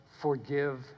forgive